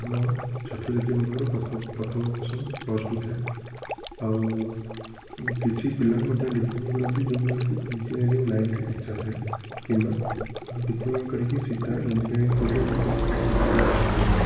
ଆମ ଛାତ୍ରଛାତ୍ରୀ ମାନଙ୍କର ପ୍ରଥମ ବର୍ଷ ପ୍ଲସ୍ ଟୁ ଥାଏ ଆଉ କିଛି ପିଲା ମଧ୍ୟ ଡିପ୍ଲୋମା କରନ୍ତି ଯେଉଁମାନଙ୍କୁ ଇଂଜିନିୟରିଂ ଲାଇନରେ ଇଚ୍ଛା ଥାଏ କିମ୍ବା ଆଉ ଡିପ୍ଲୋମା କରିକି ସିଧା ଇଂଜିନିୟରିଂ ଫିଲ୍ଡ଼ରେ ନ ଯାଇକି ଚାକିରୀ କରିବାକୁ ଚାହିଁଥାନ୍ତି